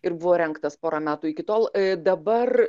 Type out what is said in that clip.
ir buvo rengtas porą metų iki tol dabar